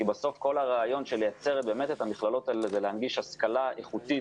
כי בסוף כל הרעיון של ייצור המכללות האלה זה להנגיש השכלה איכותית,